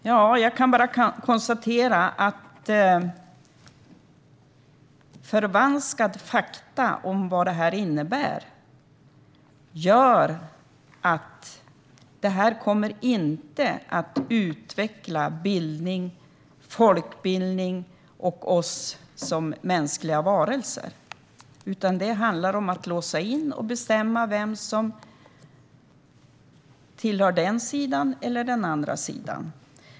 Herr talman! Jag kan bara konstatera att förvanskade fakta om vad det här innebär inte kommer att utveckla bildning, folkbildning och oss som mänskliga varelser, utan det handlar om att låsa in och bestämma vem som tillhör den ena eller den andra sidan.